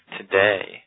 today